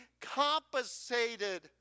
compensated